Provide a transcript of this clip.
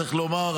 צריך לומר,